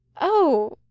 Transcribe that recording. Oh